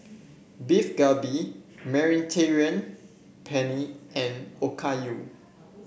Beef Galbi Mediterranean Penne and Okayu